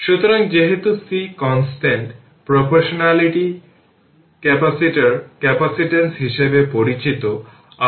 সুতরাং এটি একটি সহজ সার্কিট এবং ভোল্টেজ v t চিত্র 5 এ দেখানো হয়েছে এই 6b